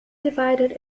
divided